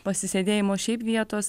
pasisėdėjimo šiaip vietos